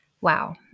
Wow